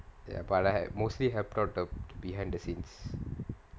ya but I had mostly helped out the behind the scenes